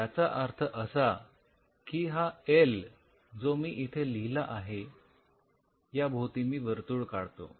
याचा अर्थ असा की हा एल जो मी इथे लिहिला आहे या भोवती मी वर्तुळ काढतो